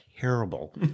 terrible